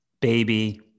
baby